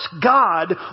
God